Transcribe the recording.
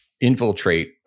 infiltrate